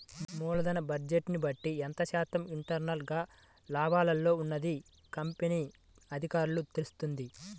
మూలధన బడ్జెట్ని బట్టి ఎంత శాతం ఇంటర్నల్ గా లాభాల్లో ఉన్నది కంపెనీ అధికారులకు తెలుత్తది